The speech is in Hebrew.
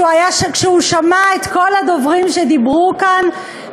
כשהוא שמע את כל הדוברים שדיברו כאן,